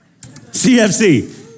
CFC